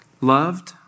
loved